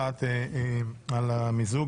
הראשונה היא על המיזוג.